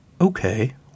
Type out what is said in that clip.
Okay